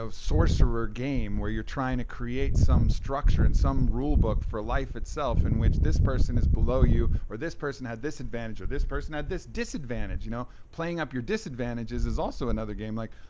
sorcerer game where you're trying to create some structure and some rule book for life itself, in which this person is below you or this person had this advantage or this person had this disadvantage. you know playing up your disadvantages is also another game. like,